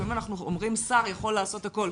לפעמים אנחנו אומרים ששר יכול לעשות הכל.